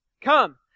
Come